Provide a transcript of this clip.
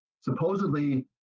supposedly